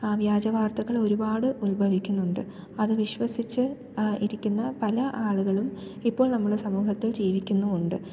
വ്യാജവാർത്തകൾ ഒരുപാട് ഉത്ഭവിക്കുന്നുണ്ട് അത് വിശ്വസിച്ച് ഇരിക്കുന്ന പല ആളുകളും ഇപ്പോൾ നമ്മളെ സമൂഹത്തിൽ ജീവിക്കുന്നുമുണ്ട്